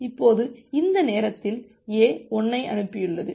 இப்போது இந்த நேரத்தில் A 1 ஐ அனுப்பியுள்ளது